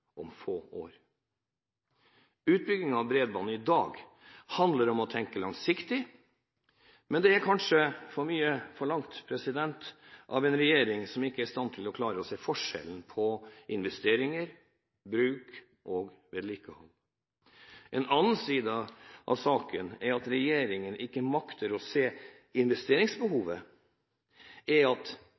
om få år. Utbygging av bredbånd i dag handler om å tenke langsiktig, men det er kanskje for mye forlangt av en regjering som ikke er i stand til å klare å se forskjellen på investeringer, bruk og vedlikehold. En side av saken er at regjeringen ikke makter å se investeringsbehovet. En annen side er at